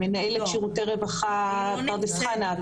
מנהלת שירותי רווחה בפרדס חנה,